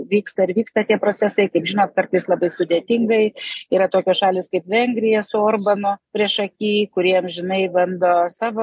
vyksta ir vyksta tie procesai kaip žinot kartais labai sudėtingai yra tokios šalys kaip vengrija su orbanu priešaky kurie amžinai bando savo